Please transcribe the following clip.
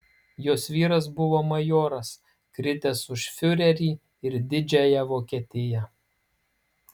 jos vyras buvo majoras kritęs už fiurerį ir didžiąją vokietiją